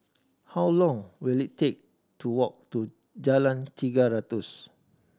how long will it take to walk to Jalan Tiga Ratus